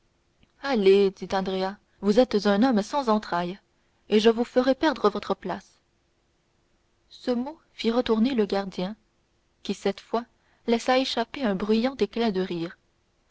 allez dit andrea vous êtes un homme sans entrailles et je vous ferai perdre votre place ce mot fit retourner le gardien qui cette fois laissa échapper un bruyant éclat de rire